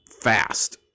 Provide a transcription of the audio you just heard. fast